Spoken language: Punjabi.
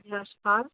ਨਮਸਕਾਰ